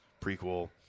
prequel